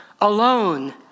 Alone